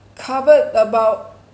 covered about